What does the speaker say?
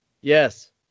Yes